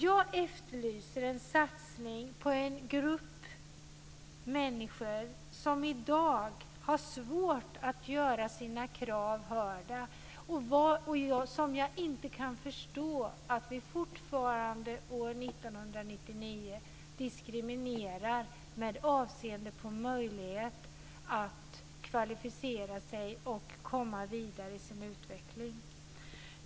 Jag efterlyser en satsning på en grupp människor som i dag har svårt att göra sina krav hörda. Jag kan inte förstå att vi fortfarande, år 1999, diskriminerar denna grupp med avseende på möjligheter att kvalificera sig och komma vidare i sin utveckling.